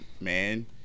man